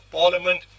parliament